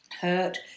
hurt